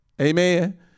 amen